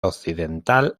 occidental